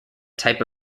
type